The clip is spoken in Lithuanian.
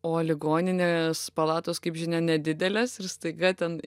o ligoninės palatos kaip žinia nedideles ir staiga ten